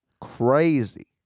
Crazy